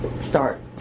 start